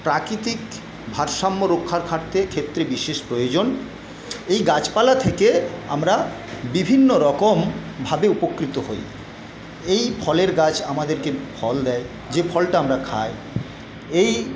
প্রাকৃতিক ভারসাম্য রক্ষার খাটতে ক্ষেত্রে বিশেষ প্রয়োজন এই গাছপালা থেকে আমরা বিভিন্ন রকমভাবে উপকৃত হই এই ফলের গাছ আমাদেরকে ফল দেয় যে ফলটা আমরা খাই এই